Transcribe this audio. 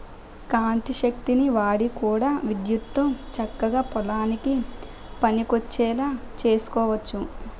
కాంతి శక్తిని వాడి కూడా విద్యుత్తుతో చక్కగా పొలానికి పనికొచ్చేలా సేసుకోవచ్చు